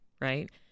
right